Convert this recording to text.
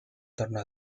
torno